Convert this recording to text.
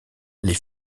les